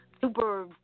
super